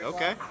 Okay